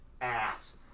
ass